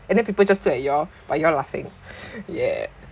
and then people just look at you all but you're all laughing yeah